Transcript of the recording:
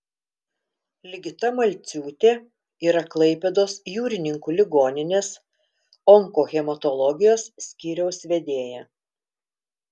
ligita malciūtė yra klaipėdos jūrininkų ligoninės onkohematologijos skyriaus vedėja